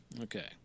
Okay